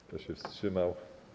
Kto się wstrzymał?